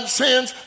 sins